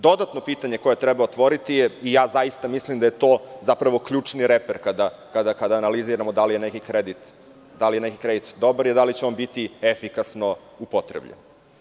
Dodatno pitanje koje treba otvoriti i zaista mislim da je to ključni reper kada analiziramo da li je neki kredit dobar je da li će on biti efikasno upotrebljen?